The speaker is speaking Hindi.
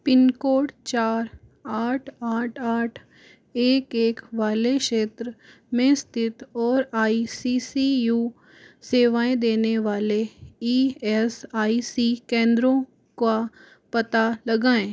पिनकोड चार आठ आठ आठ एक एक वाले क्षेत्र में स्थित और आई सी सी यू सेवाएँ देने वाले ई एस आई सी केंद्रों का पता लगाएँ